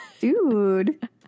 Dude